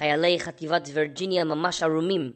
חיילי חטיבת ורג'יניה ממש ערומים